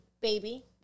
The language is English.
baby